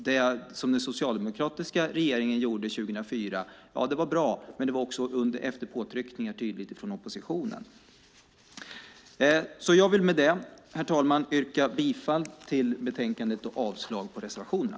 Det som den socialdemokratiska regeringen gjorde 2004 var bra, men det skedde efter tydliga påtryckningar från oppositionen. Herr talman! Med detta vill jag yrka bifall till förslaget i betänkandet och avslag på reservationerna.